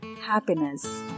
happiness